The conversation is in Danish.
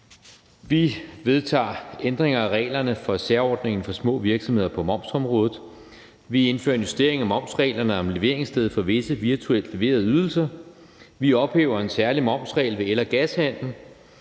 Vi vedtager ændringer af reglerne for særordningen for små virksomheder på momsområdet. Vi indfører en justering af momsreglerne om leveringssted for visse virtuelt leverede ydelser. Vi ophæver en særlig momsregel ved el- og gashandel.